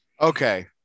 Okay